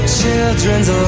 children's